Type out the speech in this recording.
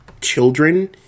children